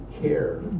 care